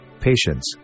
patience